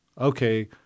Okay